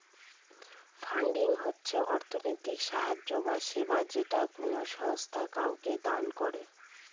funding হচ্ছে অর্থনৈতিক সাহায্য বা সেবা যেটা কোনো সংস্থা কাউকে দান করে